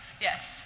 Yes